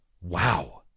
wow